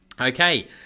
Okay